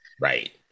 right